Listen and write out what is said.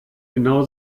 genau